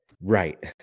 Right